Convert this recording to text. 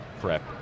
prep